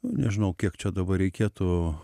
nu nežinau kiek čia dabar reikėtų